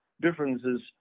differences